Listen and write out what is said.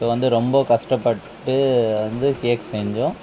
so வந்து ரொம்ப கஷ்டப்பட்டு வந்து கேக் செஞ்சோம்